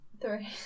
three